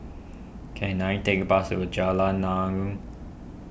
can I take a bus to Jalan Naung